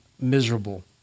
miserable